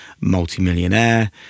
multi-millionaire